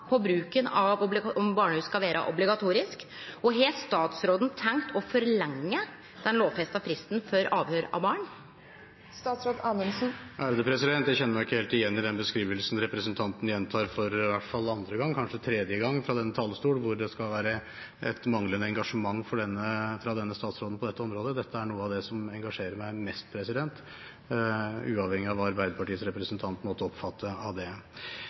på spørsmålet om bruken av barnehus skal vere obligatorisk, og har statsråden tenkt å forlengje den lovfesta fristen for avhøyr av barn? Jeg kjenner meg ikke helt igjen i den beskrivelsen som representanten gjentar for i hvert fall andre gang, kanskje tredje gang, fra denne talerstolen, om at det skal være et manglende engasjement fra denne statsrådens side på dette området. Dette er noe av det som engasjerer meg mest, uavhengig av hva Arbeiderpartiets representant måtte oppfatte om dette. Når det